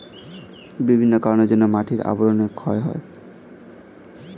বিভিন্ন কারণের জন্যে মাটির আবরণ ক্ষয় হয়ে যায়